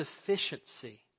sufficiency